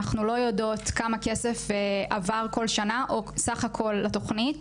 אנחנו לא יודעות כמה כסף עבר כל שנה או סך הכול לתוכנית.